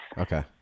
Okay